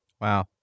Wow